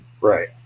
Right